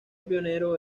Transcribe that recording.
pionero